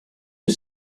you